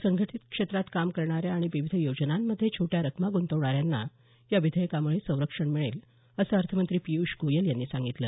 असंघटित क्षेत्रात काम करणाऱ्या आणि विविध योजनांमध्ये छोट्या रकमा गुंतवणाऱ्यांना या विधेयकामुळे संरक्षण मिळेल असं अर्थमंत्री पियूष गोयल यांनी सांगितलं